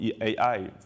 AI